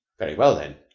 very well, then,